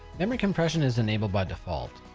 memory compression is enabled by default.